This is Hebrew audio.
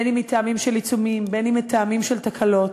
אם מטעמים של עיצומים, אם מטעמים של תקלות.